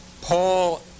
Paul